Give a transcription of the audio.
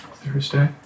Thursday